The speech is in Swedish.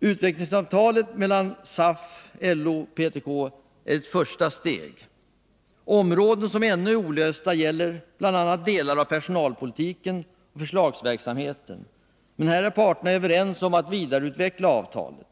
Utvecklingsavtalet SAF-LO-PTK är ett första steg. Områden med frågor som ännu är olösta är bl.a. delar av personalpolitiken och förslagsverksamheten, men här är parterna överens om att vidareutveckla avtalet.